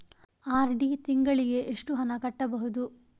RD ತಿಂಗಳಿಗೆ ಎಷ್ಟು ಹಣ ಕಟ್ಟಬಹುದು?